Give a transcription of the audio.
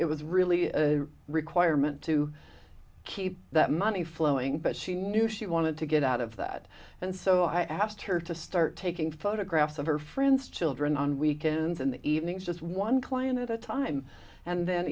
it was really a requirement to keep that money flowing but she knew she wanted to get out of that and so i asked her to start taking photographs of her friends children on weekends in the evenings just one client at a time and then